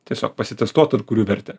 tiesiog pasitestuot ar kuriu vertę